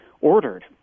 ordered